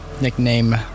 Nickname